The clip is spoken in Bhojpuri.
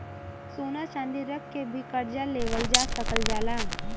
सोना चांदी रख के भी करजा लेवल जा सकल जाला